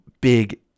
big